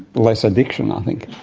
less addiction, i think.